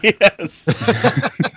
Yes